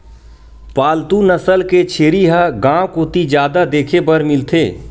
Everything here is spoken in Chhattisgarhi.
पालतू नसल के छेरी ह गांव कोती जादा देखे बर मिलथे